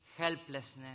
helplessness